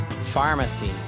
pharmacy